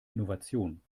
innovation